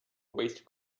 waste